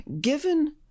given